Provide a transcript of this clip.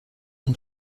این